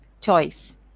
choice